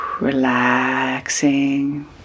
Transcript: Relaxing